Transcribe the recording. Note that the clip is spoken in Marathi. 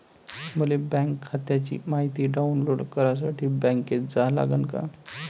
मले बँक खात्याची मायती डाऊनलोड करासाठी बँकेत जा लागन का?